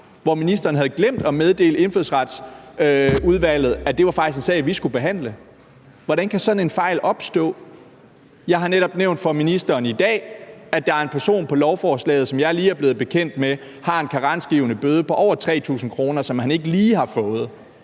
hvor ministeren havde glemt at meddele Indfødsretsudvalget, at det faktisk var en sag, vi skulle behandle. Hvordan kan sådan en fejl opstå? Jeg har netop i dag nævnt for ministeren, at der er en person på lovforslaget, som jeg lige er blevet bekendt med har en karensgivende bøde på over 3.000 kr., som han ikke lige har fået.